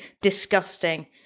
disgusting